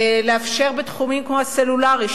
לאפשר בתחומים כמו הסלולרי,